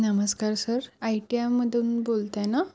नमस्कार सर आय टी आयमधून बोलत आहे ना